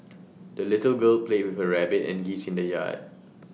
the little girl played with her rabbit and geese in the yard